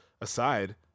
aside